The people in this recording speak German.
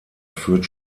führt